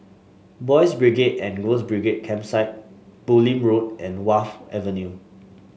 Boys' Brigade and Girls' Brigade Campsite Bulim Street and Wharf Avenue